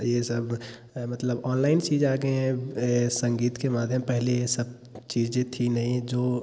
यह सब मतलब ऑनलाइन चीज़ आ गए हैं संगीत के माध्यम पहले यह सब चीज़ें थी नहीं जो